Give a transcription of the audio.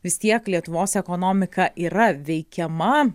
vis tiek lietuvos ekonomika yra veikiama